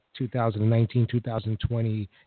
2019-2020